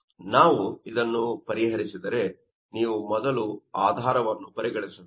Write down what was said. ಆದ್ದರಿಂದ ನಾನು ಇದನ್ನು ಪರಿಹರಿಸಿದರೆ ನೀವು ಮೊದಲು ಆಧಾರವನ್ನು ಪರಿಗಣಿಸಬೇಕು